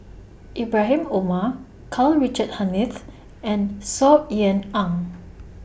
Ibrahim Omar Karl Richard Hanitsch and Saw Ean Ang